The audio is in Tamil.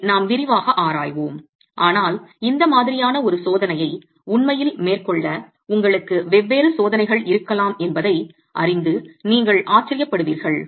இதை நாம் விரிவாக ஆராய்வோம் ஆனால் இந்த மாதிரியான ஒரு சோதனையை உண்மையில் மேற்கொள்ள உங்களுக்கு வெவ்வேறு சோதனைகள் இருக்கலாம் என்பதை அறிந்து நீங்கள் ஆச்சரியப்படுவீர்கள்